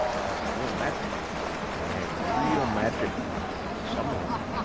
have real magic and they have real magic in some of them,